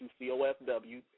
ucofw